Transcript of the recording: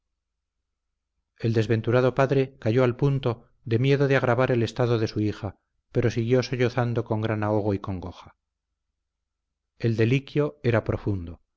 el desventurado padre calló al punto de miedo de agravar el estado de su hija pero siguió sollozando con gran ahogo y congoja el deliquio era profundo